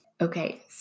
Okay